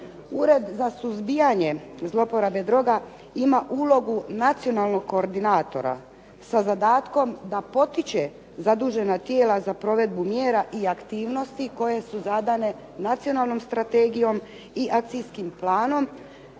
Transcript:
Ured za suzbijanje zloporabe droga ima ulogu nacionalnog koordinatora sa zadatkom da potiče zadužena tijela za provedbu mjera i aktivnosti koje su zadane nacionalnom strategijom i akcijskim planom,